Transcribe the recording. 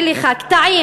אביא לך קטעים,